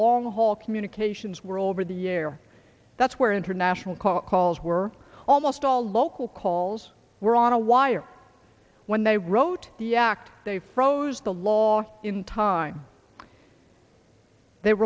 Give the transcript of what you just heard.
long haul communications were over the year that's where international calls were almost all local calls were on a wire when they wrote the act they froze the law in time they